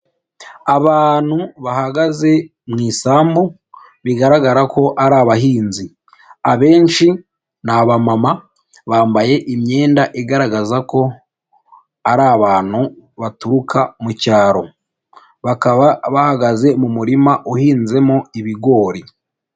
Abantu bahagaze mu isambu bigaragara ko ari abahinzi, abenshi ni abamama bambaye imyenda igaragaza ko ari abantu baturuka mu cyaro, bakaba bahagaze mu murima uhinzemo ibigori.